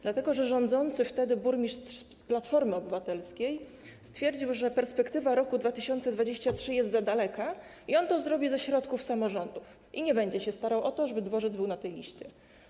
Dlatego że rządzący wtedy burmistrz z Platformy Obywatelskiej stwierdził, że perspektywa roku 2023 jest za daleka i on to zrobi ze środków samorządu, nie będzie się starał o to, żeby dworzec był na tej liście.